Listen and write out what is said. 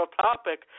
topic